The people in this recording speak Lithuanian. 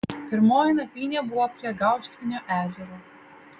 pirmoji nakvynė buvo prie gauštvinio ežero